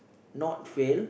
not fail